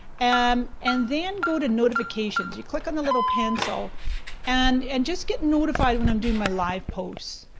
and um and then go to notifications. you click on the little pencil and and just get notified when i'm doing my live post.